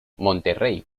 monterrey